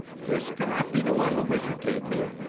this cannot be the one the wizard gave me.